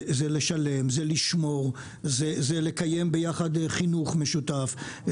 זה לשלם, זה לשמור, זה לקיים ביחד חינוך משותף,